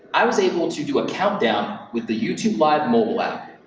i was able to do a countdown with the youtube live mobile app.